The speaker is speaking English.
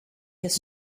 his